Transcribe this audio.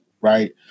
right